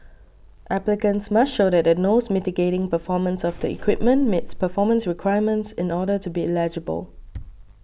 applicants must show that the nose mitigating performance of the equipment meets performance requirements in order to be eligible